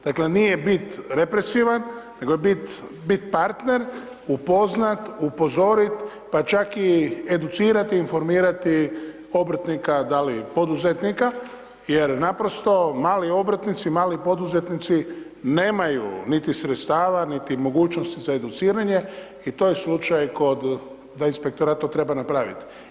Dakle, nije bit represivan, nego je bit partner, upoznat, upozoriti, pa čak i educirati, informirati obrtnika, da li poduzetnika jer naprosto mali obrtnici, mali poduzetnici nemaju niti sredstava niti mogućnosti za educiranje i to je slučaj kod da inspektorat treba napraviti.